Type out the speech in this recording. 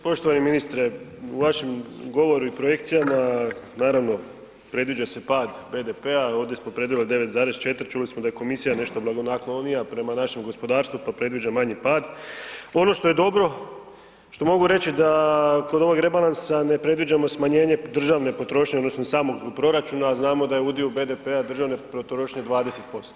Poštovani ministre u vašem govoru i projekcijama, naravno predviđa se pad BDP-a ovdje smo predvidjeli od 9,4 čuli smo da je komisija nešto blagonaklonija prema našem gospodarstvu pa predviđa manji pad, ono što je dobro, što mogu reći da kod ovog rebalansa ne predviđamo smanjenje državne potrošnje odnosno samog proračuna, a znamo da je udio BDP-a državne potrošnje 20%